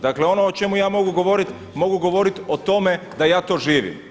Dakle ono o čemu ja mogu govoriti mogu govoriti o tome da ja to živim.